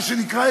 מה שנקרא,